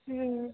হুম